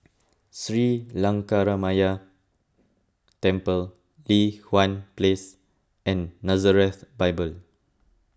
Sri Lankaramaya Temple Li Hwan Place and Nazareth Bible